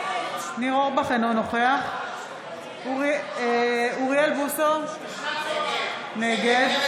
אינו נוכח אוריאל בוסו, נגד דוד